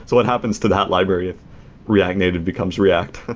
so what happens to that library of react native becomes react?